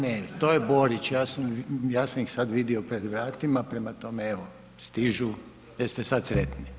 Ne, ne, to je Borić, ja sam ih sad vidio pred vratima, prema tome evo, stižu, jeste sad sretni?